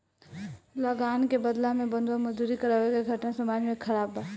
लगान के बदला में बंधुआ मजदूरी करावे के घटना समाज में खराब बा